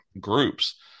groups